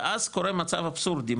ואז קורה מצב אבסורדי,